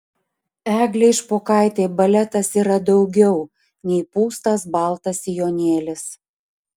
eglei špokaitei baletas yra daugiau nei pūstas baltas sijonėlis